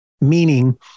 meaning